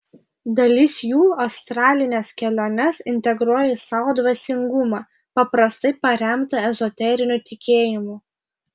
dalis jų astralines keliones integruoja į savo dvasingumą paprastai paremtą ezoteriniu tikėjimu